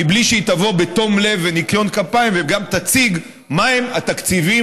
בלי שהיא תבוא בתום לב וניקיון כפיים וגם תציג מהם התקציבים